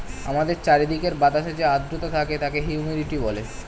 আমাদের চারিদিকের বাতাসে যে আর্দ্রতা থাকে তাকে হিউমিডিটি বলে